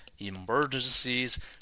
emergencies